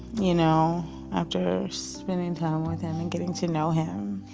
you know after spending time with him and getting to know him.